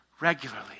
regularly